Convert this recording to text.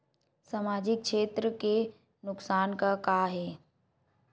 सामाजिक क्षेत्र के नुकसान का का हे?